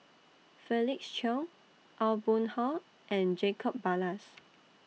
Felix Cheong Aw Boon Haw and Jacob Ballas